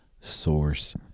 Source